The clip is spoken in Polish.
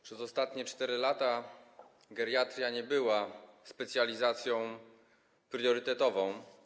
Przez ostatnie 4 lata geriatria nie była specjalizacją priorytetową.